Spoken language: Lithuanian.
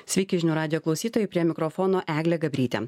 sveiki žinių radijo klausytojai prie mikrofono eglė gabrytė